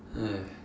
!aiya!